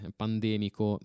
pandemico